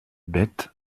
beth